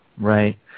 Right